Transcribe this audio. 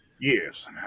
Yes